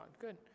Good